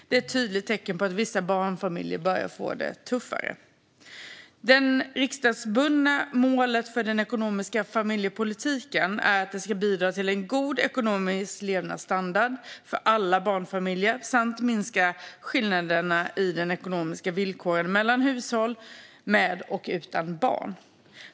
Det är ett tydligt tecken på att vissa barnfamiljer börjar få det tuffare. Det riksdagsbundna målet för den ekonomiska familjepolitiken är att den ska bidra till en god ekonomisk levnadsstandard för alla barnfamiljer samt minska skillnaderna i de ekonomiska villkoren mellan hushåll med och utan barn.